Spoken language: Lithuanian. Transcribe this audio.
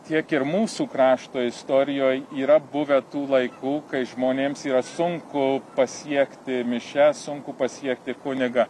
tiek ir mūsų krašto istorijoj yra buvę tų laikų kai žmonėms yra sunku pasiekti mišias sunku pasiekti kunigą